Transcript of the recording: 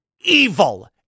evil